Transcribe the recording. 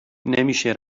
نمیشه